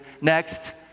Next